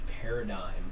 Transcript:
paradigm